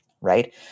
Right